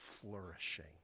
flourishing